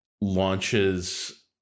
launches